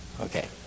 Okay